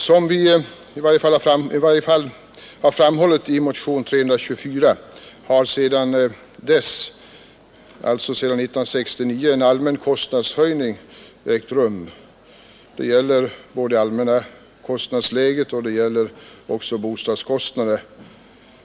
Som vi emellertid framhållit i motionen 324 har sedan 1969 en allmän kostnadshöjning ägt rum; det gäller såväl det allmänna kostnadsläget som bostadskostnader.